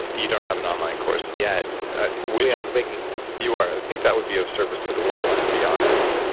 you don't have an online course yet we are making that, yeah you are. i think that would be of service to the world, to be honest.